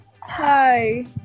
Hi